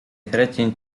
threaten